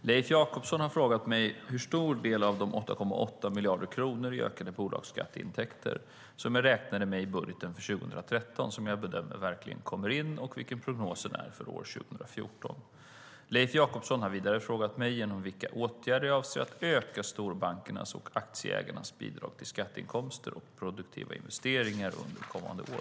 Leif Jakobsson har frågat mig hur stor del av de 8,8 miljarder kronor i ökade bolagsskatteintäkter som jag räknade med i budgeten för 2013 jag bedömer verkligen kommer in och vilken prognosen är för år 2014. Leif Jakobsson har vidare frågat mig genom vilka åtgärder jag avser att öka storbankernas och aktieägares bidrag till skatteinkomster och produktiva investeringar under kommande år.